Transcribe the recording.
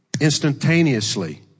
instantaneously